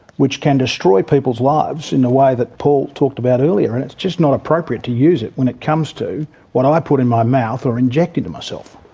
which can destroy people's lives in the way that paul talked about earlier, and it's just not appropriate to use it when it comes to what um i put in my mouth or inject into myself.